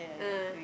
ah